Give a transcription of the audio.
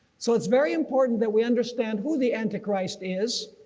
so it's very important that we understand who the antichrist is